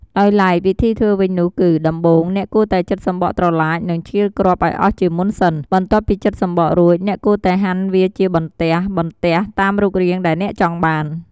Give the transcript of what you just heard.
ដោយឡែកវិធីធ្វើវិញនោះគឺ ដំបូង អ្នកគួរតែចិតសំបកត្រឡាច និងឆ្កៀលគ្រាប់ឱ្យអស់ជាមុនសិន។ បន្ទាប់ពីចិតសំបករួច អ្នកគួរតែហាន់វាជាបន្ទះៗ តាមរូបរាងដែលអ្នកចង់បាន។